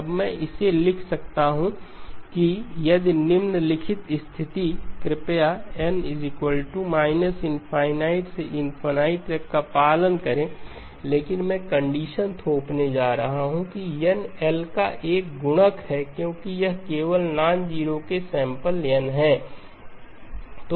अब मैं इसे लिख सकता हूं कि यदि निम्नलिखित स्थिति कृपया n ∞ से ∞ तक का पालन करें लेकिन मैं कंडीशन थोपने जा रहा हूं कि n L का एक गुणक है क्योंकि वे केवल नॉनजेरो के सैंपल XE n हैं